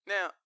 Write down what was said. Now